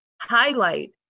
highlight